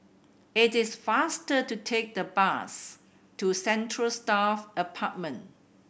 it is faster to take the bus to Central Staff Apartment